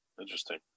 Interesting